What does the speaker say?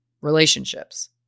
relationships